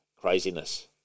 craziness